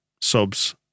subs